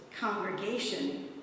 congregation